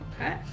Okay